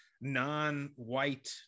non-white